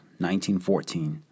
1914